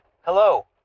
Hello